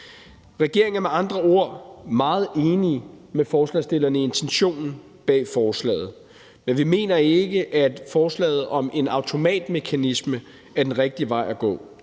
med andre ord meget enig med forslagsstillerne i intentionen bag forslaget, men vi mener ikke, at forslaget om en automatmekanisme er den rigtige vej at gå.